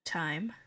time